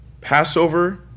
Passover